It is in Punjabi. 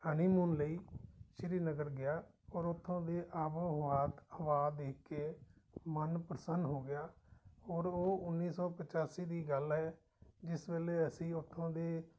ਹਨੀਮੂਨ ਲਈ ਸ਼੍ਰੀਨਗਰ ਗਿਆ ਔਰ ਉੱਥੋਂ ਦੇ ਆਬੋ ਹਵਾਤ ਹਵਾ ਦੇਖ ਕੇ ਮਨ ਪ੍ਰਸੰਨ ਹੋ ਗਿਆ ਔਰ ਉਹ ਉੱਨੀ ਸੌ ਪਚਾਸੀ ਦੀ ਗੱਲ ਹੈ ਜਿਸ ਵੇਲੇ ਅਸੀਂ ਉੱਥੋਂ ਦੇ